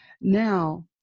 Now